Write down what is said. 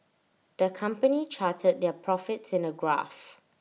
the company charted their profits in A graph